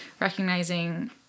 recognizing